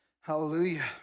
hallelujah